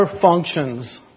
functions